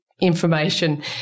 information